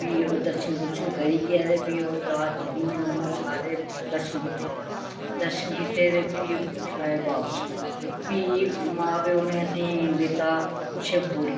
फ्ही दर्शन दुर्शन करियै ते फ्ही ओह् चार चमुही सारें दर्शन कीते दर्शन कीते ते फ्ही उठी आए बापस फ्ही मां प्यो ने असेंगी लेता शिवखोड़ी